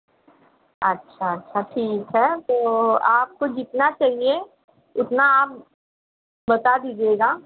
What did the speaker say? अच्छा अच्छा ठीक है तो आपको जितना चाहिए उतना आप बता दीजिएगा